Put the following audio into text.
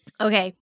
Okay